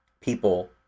people